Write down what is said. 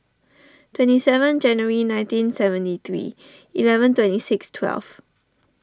twenty seven Jan nineteen seventy three eleven twenty six twelve